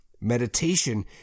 meditation